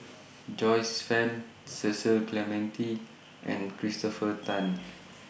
Joyce fan Cecil Clementi and Christopher Tan